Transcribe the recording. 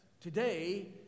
today